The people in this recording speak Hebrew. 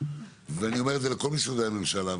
ואני אומר זאת לכל משרדי הממשלה,